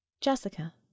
Jessica